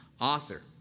author